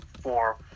four